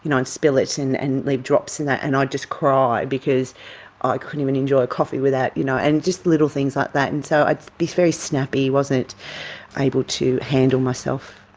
you know and spill it and and leave drops and that, and i'd just cry because i couldn't even enjoy coffee without, you know, and just little things like that. and so i'd be very snappy, wasn't able to handle myself.